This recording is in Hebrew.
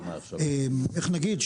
איך נגיד,